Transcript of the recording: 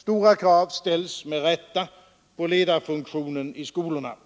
Stora krav ställs med rätta på ledarfunktionen i skolorna.